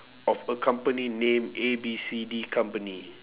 of a company named A B C D company